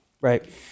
Right